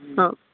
ಹಾಂ